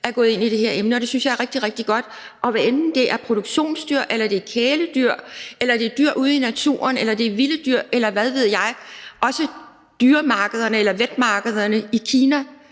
er gået ind i det her emne, og det synes jeg er rigtig, rigtig godt. Hvad enten det er produktionsdyr, kæledyr, dyr ude i naturen eller vilde dyr, eller hvad ved jeg – og det gælder også dyremarkederne eller wetmarkederne i Kina